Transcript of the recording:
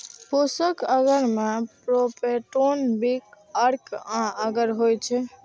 पोषक अगर मे peptone, beef अर्क आ अगर होइ छै